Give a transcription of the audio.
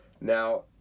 Now